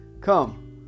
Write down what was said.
Come